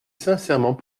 sincèrement